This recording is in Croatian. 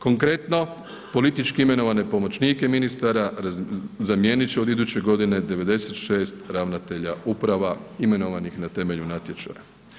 Konkretno, politički imenovane pomoćnike ministara zamijenit će od iduće godine 96 ravnatelja uprava imenovanih na temelju natječaja.